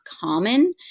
common